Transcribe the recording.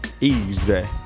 easy